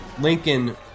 Lincoln